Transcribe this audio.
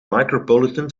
micropolitan